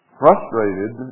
frustrated